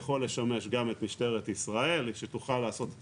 יכול לשמש גם את משטרת ישראל שתוכל לעשות את